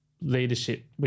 leadership